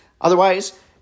Otherwise